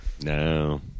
no